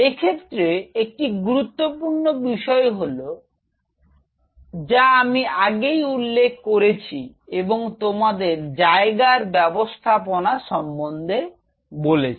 এ ক্ষেত্রে একটি গুরুত্বপূর্ণ বিষয় হলো যা আমি আগেই উল্লেখ করেছি এবং তোমাদের জায়গার ব্যবস্থাপনা সম্বন্ধে বলেছি